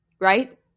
Right